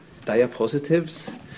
diapositives